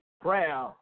Prayer